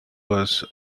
was